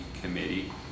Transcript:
Committee